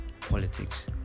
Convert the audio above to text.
politics